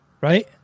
right